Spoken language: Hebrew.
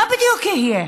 מה בדיוק יהיה?